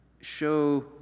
show